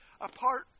apart